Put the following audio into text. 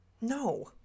No